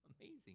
amazing